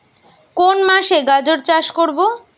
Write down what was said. কোন মাসে গাজর চাষ করব?